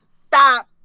Stop